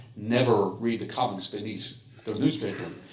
never read the comments beneath the newspaper.